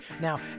Now